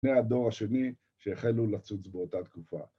‫שני הדור השני שהחלו לצוץ ‫באותה תקופה.